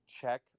check